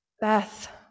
Beth